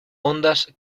ondas